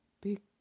Big